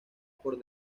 por